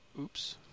Oops